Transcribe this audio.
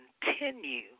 continue